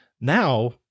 Now